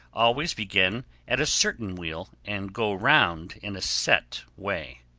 always begin at a certain wheel and go round in a set way.